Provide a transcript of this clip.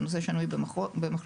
זה נושא שנוי במחלוקת.